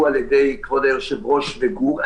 על ידי כבוד היושב-ראש ועל ידי גור בליי.